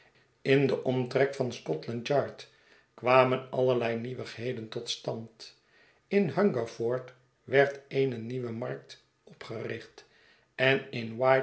in den omtrek van scotland yard kwamen allerlei nieuwigheden tot stand in hungerford werd eene nieuwe markt opgericht en in